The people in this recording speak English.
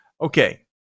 Okay